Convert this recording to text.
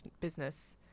business